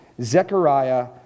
Zechariah